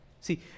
See